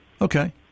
Okay